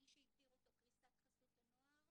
מי שהגדיר אותו, קריסת חסות הנוער.